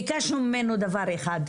ביקשנו ממנו דבר אחד: